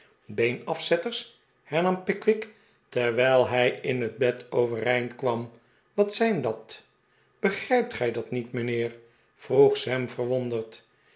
beenafzetters hernam pickwick terwijl hij in het bed overeind kwam wat zijn dat begrijpt gij dat niet mijnheer vroeg sam verwonderd